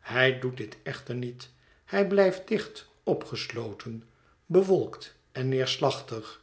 hij doet dit echter niet hij blijft dicht opgesloten bewolkt en neerslachtig